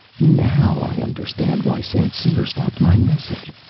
now i understand why st. cyr stopped my message.